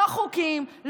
לא חוקים,